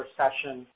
session